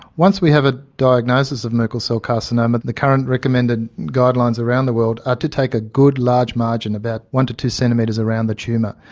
once we have a diagnosis of merkel cell carcinoma, the current recommended guidelines around the world are to take a good large margin, about one to two centimetres around the tumour.